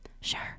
sure